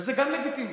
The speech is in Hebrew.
וזה גם לגיטימי.